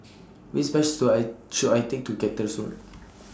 Which Bus should I should I Take to Cactus Road